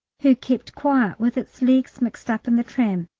who kept quiet with its legs mixed up in the tram.